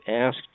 asked